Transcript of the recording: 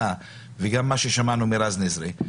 אתה וגם מה ששמענו מרז נזרי,